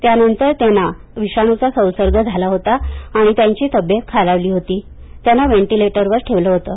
त्यानंतर त्यांना सिटोमेगालो विषाणूचा संसर्ग झाला होता आणि त्यांची तब्ब्येत खालावली होती त्यांना वेन्त्टटीलेटरवर ठेवलं होतं